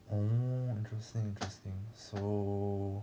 mm interesting interesting so